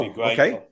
okay